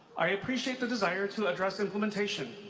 i appreciate the desire to address implementation,